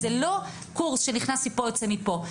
זה לא קורס שנכנס מפה ויוצא מפה,